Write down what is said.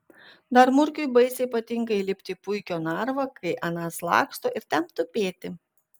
dar murkiui baisiai patinka įlipti į puikio narvą kai anas laksto ir ten tupėti